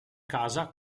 casa